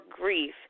grief